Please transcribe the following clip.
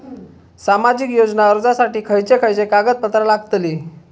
सामाजिक योजना अर्जासाठी खयचे खयचे कागदपत्रा लागतली?